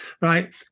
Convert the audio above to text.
right